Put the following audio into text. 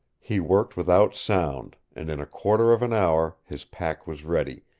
he worked without sound, and in a quarter of an hour his pack was ready,